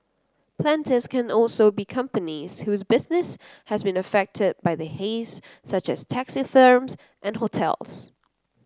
plaintiffs can also be companies whose business has been affected by the haze such as taxi firms and hotels